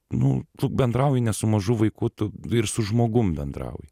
nu tu bendrauji ne su mažu vaiku tu ir su žmogum bendrauji